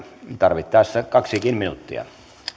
tarvittaessa kaksikin minuuttia kiitos